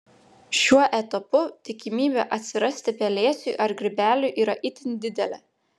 šiuo etapu tikimybė atsirasti pelėsiui ar grybeliui yra itin didelė